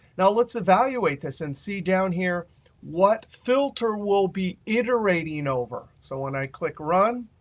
now let's evaluate this and see down here what filter we'll be iterating over. so when i click run,